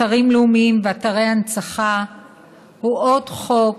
אתרים לאומיים ואתרי הנצחה הוא עוד חוק